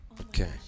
Okay